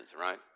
right